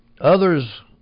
Others